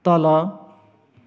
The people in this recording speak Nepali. तल